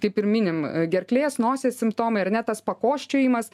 kaip ir minim gerklės nosies simptomai ar ne tas pakoščiojimas